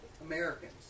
Americans